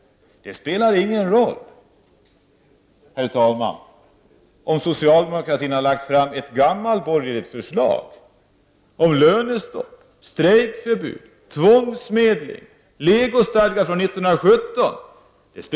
Det spelar då ingen roll, herr talman, om socialdemokraterna har lagt fram ett gammalborgerligt förslag om lönestopp, strejkförbud, tvångsmedling och legostadga från 1917.